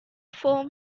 foam